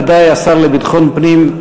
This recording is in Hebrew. ודאי השר לביטחון הפנים,